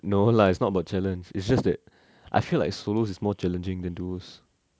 no lah it's not about challenge it's just that I feel like solos is more challenging than duos